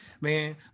man